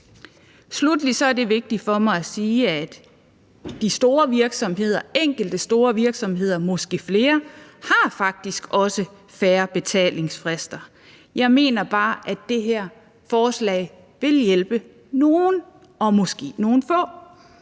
Sluttelig er det vigtigt for mig at sige, at enkelte store virksomheder, måske flere, faktisk også har fair betalingsfrister. Jeg mener bare, at det her forslag vil hjælpe nogle – måske nogle få.